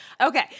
okay